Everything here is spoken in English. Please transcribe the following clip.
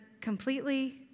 completely